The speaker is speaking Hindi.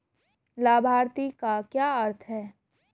लाभार्थी का क्या अर्थ है?